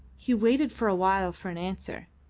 he waited for a while for an answer,